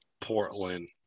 Portland